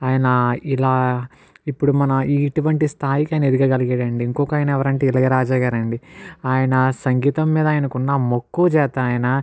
ఆయన ఇలా ఇప్పుడు మన ఇటువంటి స్థాయికి ఆయన ఎదగ గలిగాడండి ఇంకొకాయన ఎవరంటే ఇళయరాజా గారండి ఆయన సంగీతం మీద ఆయనకున్న మక్కువ చేత ఆయన